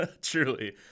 truly